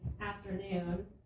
afternoon